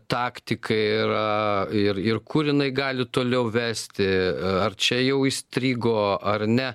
taktika yra ir ir kur jinai gali toliau vesti ar čia jau įstrigo ar ne